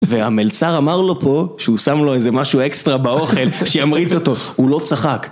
והמלצר אמר לו פה, שהוא שם לו איזה משהו אקסטרה באוכל שימריץ אותו, הוא לא צחק.